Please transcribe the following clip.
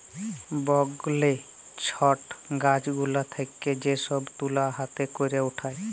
বগলে ছট গাছ গুলা থেক্যে যে সব তুলা হাতে ক্যরে উঠায়